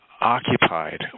occupied